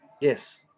Yes